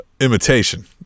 imitation